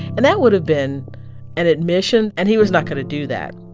and that would have been an admission, and he was not going to do that.